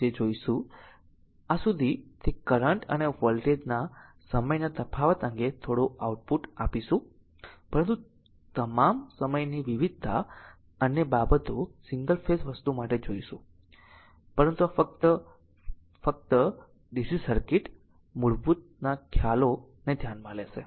તેથી આ સુધી તે કરંટ અને વોલ્ટેજ ના સમયના તફાવત અંગે થોડો ઓઉટપુટ આપશે પરંતુ પરંતુ તમામ સમયની વિવિધતા અન્ય બાબતો સિંગલ ફેઝ વસ્તુ માટે જોશે પરંતુ આ ફક્ત પ્રથમ છે જે DC સર્કિટ મૂળભૂત ખ્યાલને ધ્યાનમાં લેશે